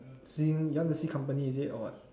seeing you want to see company is it or what